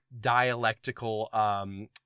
dialectical